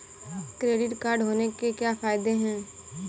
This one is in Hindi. क्रेडिट कार्ड होने के क्या फायदे हैं?